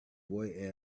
boy